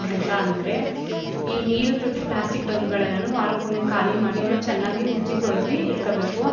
ಅಂತ ಅಂದರೆ ಈ ನೀರಿನ್ ತೊಟ್ಟಿ ಪ್ಲಾಸ್ಟಿಕ್ ಡ್ರಮ್ಗಳೆಲ್ಲಾ ವಾರಕ್ಕೊಮ್ಮೆ ಖಾಲಿ ಮಾಡಿ ಅವನ್ನ ಚೆನ್ನಾಗಿ ಉಜ್ಜಿ ತೊಳ್ದು ಇಟ್ಕೋಬೇಕು